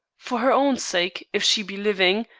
for her own sake, if she be living,